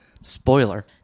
Spoiler